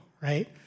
right